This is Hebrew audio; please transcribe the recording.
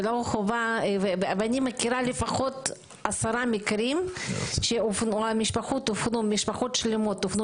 ואני מכירה לפחות עשרה מקרים שמשפחות שלמות הופנו